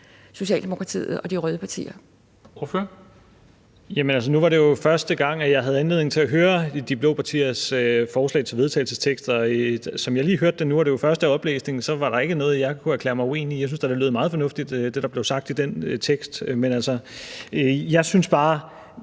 Stoklund (S): Jamen, altså, nu var det jo første gang, jeg havde anledning til at høre de blå partiers forslag til vedtagelsestekst, og som jeg lige hørte det nu her ved første oplæsning, var der ikke noget, jeg kunne erklære mig uenig i. Jeg synes da, det lød meget fornuftigt, hvad der blev sagt i den tekst. Hvis man